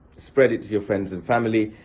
spread it to your friends and family